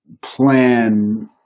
plan